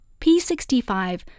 P65